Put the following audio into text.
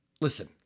listen